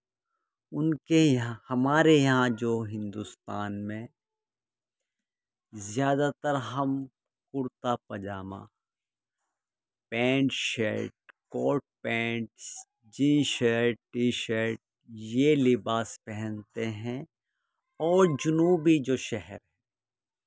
ان کے یہاں ہمارے یہاں جو ہندوستان میں زیادہ تر ہم kurta pajama pant shirt coat pants jean shirt T shirt یہ لباس پہنتے ہیں اور جنوبی جو شہر